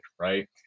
Right